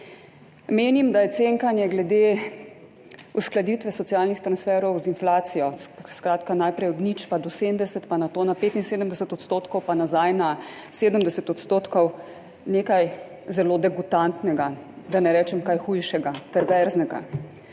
Menim, da je cenkanje glede uskladitve socialnih transferjev z inflacijo, skratka najprej od 0 pa do 70 pa nato na 75 % pa nazaj na 70 %, nekaj zelo degutantnega, da ne rečem kaj hujšega, perverznega.